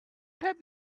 have